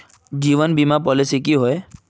जीवन बीमा पॉलिसी की होय?